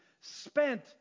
spent